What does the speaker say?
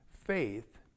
Faith